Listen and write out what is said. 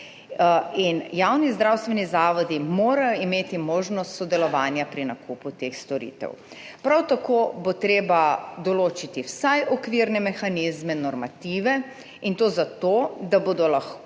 In javni zdravstveni zavodi morajo imeti možnost sodelovanja pri nakupu teh storitev. Prav tako bo treba določiti vsaj okvirne mehanizme, normative, in to za to, da bodo lahko